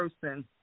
person